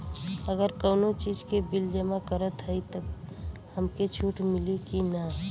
अगर कउनो चीज़ के बिल जमा करत हई तब हमके छूट मिली कि ना?